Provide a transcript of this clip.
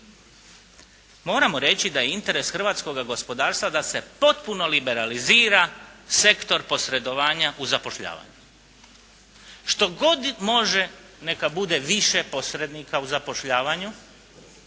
moramo reći da je interes hrvatskoga gospodarstva da se potpuno liberalizira sektor posredovanja u zapošljavanju. Što god može neka bude više posrednika u zapošljavanju